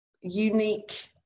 unique